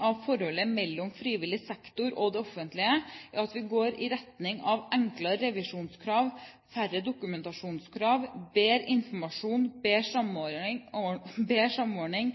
forholdet mellom frivillig sektor og det offentlige er at vi går i retning av enklere revisjonskrav, færre dokumentasjonskrav, bedre informasjon, bedre samordning,